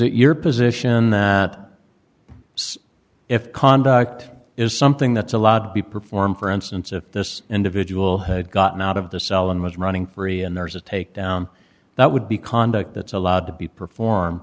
it your position that if conduct is something that's allowed to be performed for instance if this individual had gotten out of the cell and was running free and there's a takedown that would be conduct that's allowed to be perform